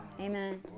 Amen